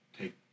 take –